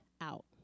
out